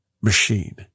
machine